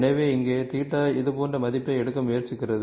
எனவே இங்கே θ இது போன்ற மதிப்பை எடுக்க முயற்சிக்கிறது